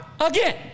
Again